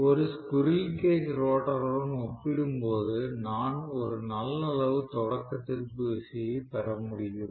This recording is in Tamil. ஒரு ஸ்குரில் கேஜ் உடன் ஒப்பிடும்போது நான் ஒரு நல்ல அளவு தொடக்க திருப்பு விசையை பெற முடியும்